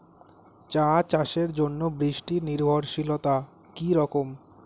চা চাষের জন্য বৃষ্টি নির্ভরশীলতা কী রকম?